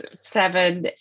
seven